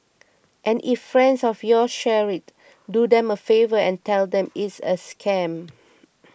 and if friends of yours share it do them a favour and tell them it's a scam